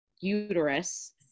uterus